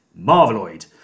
Marveloid